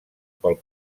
pel